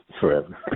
forever